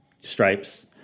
stripes